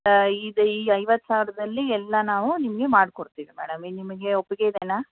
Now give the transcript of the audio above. ಇದು ಈ ಐವತ್ತು ಸಾವಿರದಲ್ಲಿ ಎಲ್ಲ ನಾವು ನಿಮಗೆ ಮಾಡಿಕೊಡ್ತೀವಿ ಮೇಡಮ್ ಇದು ನಿಮಗೆ ಒಪ್ಪಿಗೆ ಇದೆಯಾ